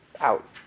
Out